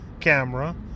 camera